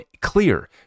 clear